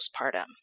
postpartum